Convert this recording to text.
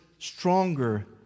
stronger